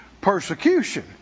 persecution